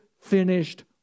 finished